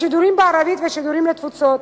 השידורים בערבית והשידורים לתפוצות,